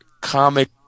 comic